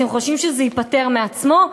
אתם חושבים שזה ייפתר מעצמו?